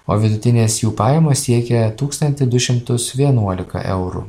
o vidutinės jų pajamos siekia tūkstantį du šimtus vienuolika eurų